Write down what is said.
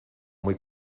muy